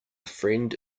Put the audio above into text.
friend